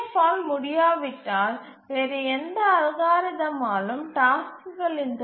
F ஆல் முடியாவிட்டால் வேறு எந்த அல்காரிதமாலும் டாஸ்க்குகளின்